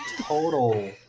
total